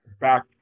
back